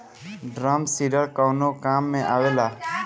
Drum seeder कवने काम में आवेला?